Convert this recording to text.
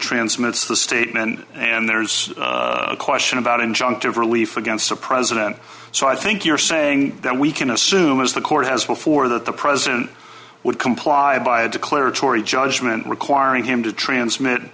transmits the statement and there's a question about injunctive relief against the president so i think you're saying then we can assume as the court has before that the president would comply by a declaratory judgment requiring him to transmit